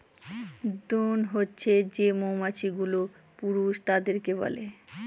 drone হছে যে মৌমাছি গুলো পুরুষ তাদেরকে বলে